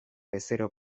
bezero